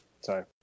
sorry